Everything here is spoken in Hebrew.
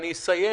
אני מסכים